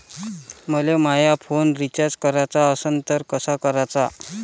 मले माया phone recharge कराचा असन तर कसा कराचा?